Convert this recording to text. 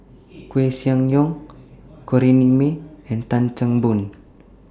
Koeh Sia Yong Corrinne May and Tan Chan Boon